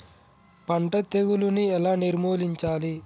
పంట తెగులుని ఎలా నిర్మూలించాలి?